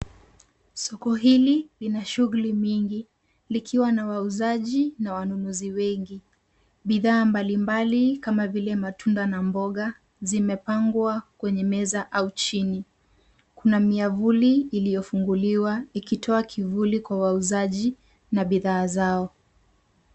Solo hili lina shughuli mingi. Likiwa na wauzaji na wanununuzi wengi. Bidhaa mbalimbali kama vile matunda na mboga zimepangwa kwenye meza au chini. Kuna miavuli iliyofunguliwa ikitoa kivuli kwa wauzaji na bidhaa zao.